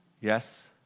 yes